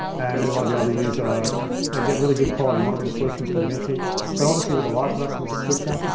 and we wanna be able to use ah and get really good quality monitoring solutions for davinci but obviously, with the live production with the switcher,